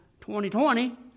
2020